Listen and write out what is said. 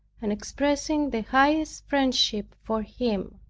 and expressing the highest friendship for him.